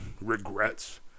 regrets